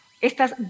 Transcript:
estas